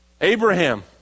Abraham